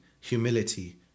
humility